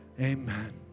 Amen